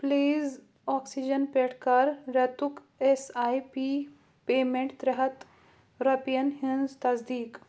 please oxygen پٮ۪ٹھ کَر رٮ۪تُک اٮ۪س آی پی پیمٮ۪نٛٹ ترٛےٚ ہَتھ رۄپیَن ہِنٛز تصدیق